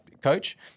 coach